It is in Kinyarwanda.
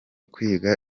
kwiga